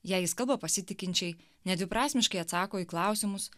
jei jis kalba pasitikinčiai nedviprasmiškai atsako į klausimus